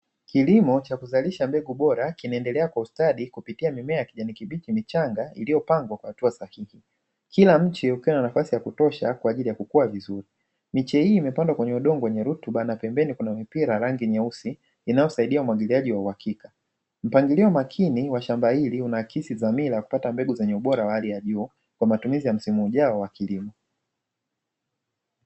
Kilimo cha kuzalisha mbegu bora kinaendelea kwa ustadi, kupitia mimea ya kijani kibichi michanga iliyopangwa kwa hatua sahihi, kila mche ukiwa na nafasi ya kutosha kwa ajili ya kukua vizuri. Miche hii imepandwa kwenye udongo wenye rutuba na pembeni kuna mipira ya rangi nyeusi, inayosaidia umwagiliaji wa uhakika. Mpangilio makini wa shamba hili unaakisi dhamira ya kupata mbegu zenye ubora wa hali ya juu, kwa matumizi ya msimu ujao wa kilimo.